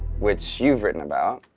which you've written about.